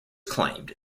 claimed